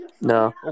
No